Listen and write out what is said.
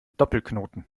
doppelknoten